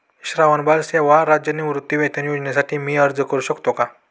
श्रावणबाळ सेवा राज्य निवृत्तीवेतन योजनेसाठी मी अर्ज करू शकतो का?